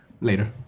Later